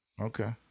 Okay